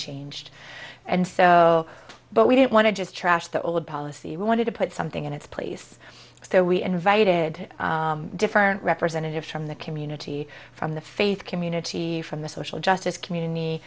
changed and so but we didn't want to just trash the old policy we wanted to put something in its place so we invited different representatives from the community from the faith community from the social justice community